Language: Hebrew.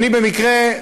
אני במקרה,